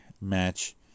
match